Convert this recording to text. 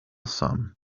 sum